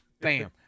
Bam